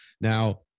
Now